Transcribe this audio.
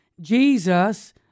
Jesus